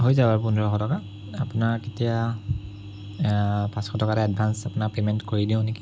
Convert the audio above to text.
হৈ যাব বাৰু পোন্ধৰশ টকাত আপোনাৰ তেতিয়া পাঁচশ টকা এটা এডভাঞ্চ আপোনাক পে'মেণ্ট কৰি দিওঁ নেকি